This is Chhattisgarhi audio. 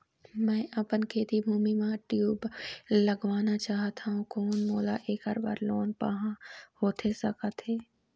मैं अपन खेती भूमि म ट्यूबवेल लगवाना चाहत हाव, कोन मोला ऐकर बर लोन पाहां होथे सकत हे?